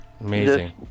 amazing